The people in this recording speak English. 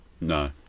No